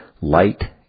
light